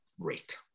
great